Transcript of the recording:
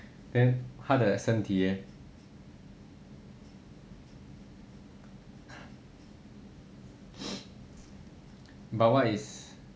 then 他的身体 leh but what is